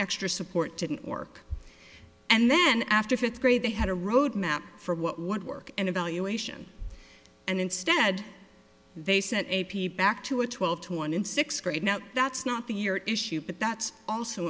extra support didn't work and then after fifth grade they had a roadmap for what what work and evaluation and instead they said a p back to a twelve to one in six grade now that's not the year issue but that's also